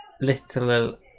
little